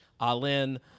Alin